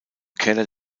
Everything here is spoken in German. keller